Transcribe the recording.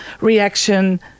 reaction